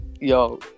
yo